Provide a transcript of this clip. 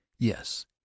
Yes